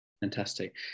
fantastic